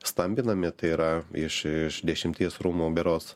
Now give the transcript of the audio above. stambinami tai yra iš iš dešimties rūmų berods